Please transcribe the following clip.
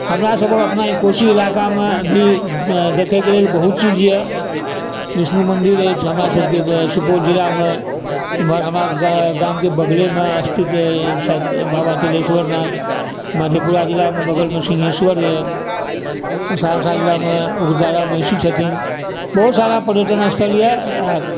हमरा सभक अपना एहि कोसी इलाकामे भी देखैके लिए बहुत चीज यऽ विष्णु मन्दिर अछि हमरा सभके सुपौल जिलामे एम्हर हमरा गा गामके बगलेमे स्थित छथि बाबा तिलेश्वरनाथ मधेपुरा जिलामे बगलमे सिंहेश्वर यऽ सहरसा जिलामे उग्रतारा महिषी छथिन बहुत सारा पर्यटन स्थल यऽ